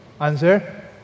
Answer